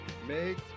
Make